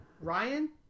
Ryan